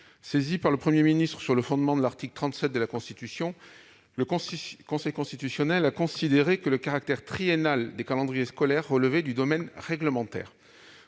Saisi par le Premier ministre sur le fondement de l'article 37 de la Constitution, le Conseil constitutionnel a jugé que le caractère triennal des calendriers scolaires relevait du domaine réglementaire.